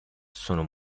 sono